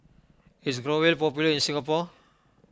is Growell popular in Singapore